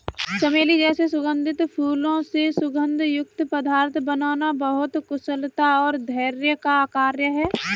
चमेली जैसे सुगंधित फूलों से सुगंध युक्त पदार्थ बनाना बहुत कुशलता और धैर्य का कार्य है